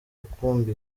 rukumbi